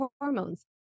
hormones